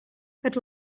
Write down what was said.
good